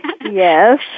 Yes